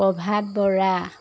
Prabhat Bora